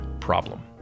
problem